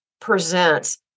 presents